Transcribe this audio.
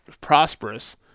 prosperous